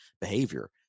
behavior